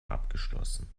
abgeschlossen